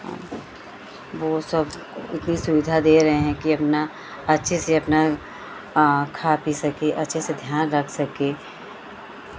वो सब इतनी सुविधा दे रहे हैं कि अपना अच्छे से अपना खा पी सके अच्छे से ध्यान रख सके